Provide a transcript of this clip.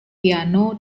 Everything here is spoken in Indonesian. piano